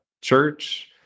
church